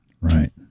Right